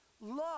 love